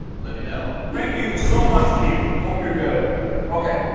let me know. thank you so much keith, hope you're good ok.